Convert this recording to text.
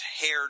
hair